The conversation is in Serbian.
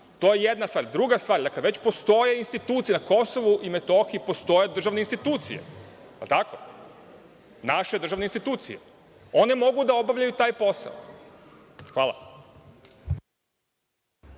To je jedna stvar. Druga stvar, dakle kad već postoje institucije na KiM postoje i državne institucije, jel tako? Naše državne institucije. One mogu da obavljaju taj posao. Hvala.